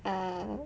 uh